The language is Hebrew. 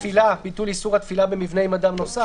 ביטול האיסור על התפילה במבנה עם אדם נוסף.